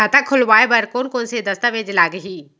खाता खोलवाय बर कोन कोन से दस्तावेज लागही?